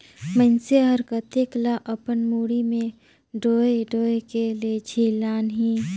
मइनसे हर कतेक ल अपन मुड़ी में डोएह डोएह के लेजही लानही